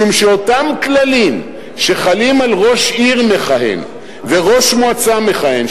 משום שאותם כללים שחלים על ראש עיר מכהן וראש מועצה מכהן,